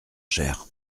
cher